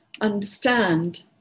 understand